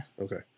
Okay